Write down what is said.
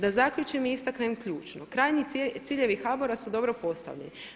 Da zaključim i istaknem ključno, krajnji ciljevi HBOR-a su dobro postavljeni.